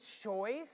choice